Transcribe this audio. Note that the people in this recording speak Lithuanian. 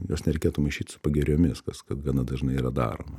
jos nereikėtų maišyt su pagiriomis kas kad gana dažnai yra daroma